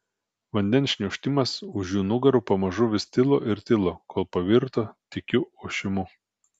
vandens šniokštimas už jų nugarų pamažu vis tilo ir tilo kol pavirto tykiu ošimu